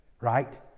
right